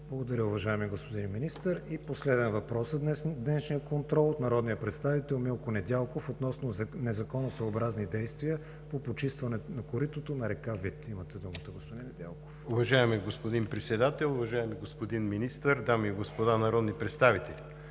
Благодаря, уважаеми господин Министър. И последният въпрос от днешния контрол е от народния представител Милко Недялков относно незаконосъобразни действия по почистването на коритото на река Вит. Имате думата, уважаеми господин Недялков. МИЛКО НЕДЯЛКОВ (БСП за България): Уважаеми господин Председател, уважаеми господин Министър, дами и господа народни представители!